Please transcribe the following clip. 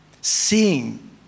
seeing